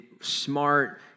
smart